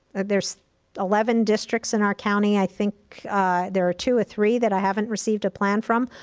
there's eleven districts in our county, i think there are two or three that i haven't received a plan from.